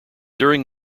during